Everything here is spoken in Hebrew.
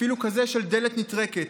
אפילו כזה של דלת נטרקת.